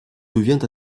devient